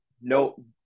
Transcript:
no